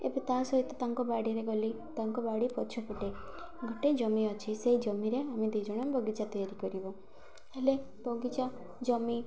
ଏବେ ତା'ସହିତ ତାଙ୍କ ବାଡ଼ିରେ ଗଲି ତାଙ୍କ ବାଡ଼ି ପଛ ପଟେ ଗୋଟେ ଜମି ଅଛି ସେଇ ଜମିରେ ଆମେ ଦୁଇ ଜଣ ବଗିଚା ତିଆରି କରିବୁ ହେଲେ ବଗିଚା ଜମି